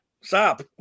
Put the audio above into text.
Stop